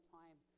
time